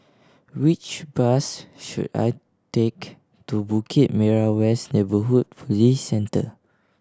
which bus should I take to Bukit Merah West Neighbourhood Police Centre